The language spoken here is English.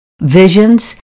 visions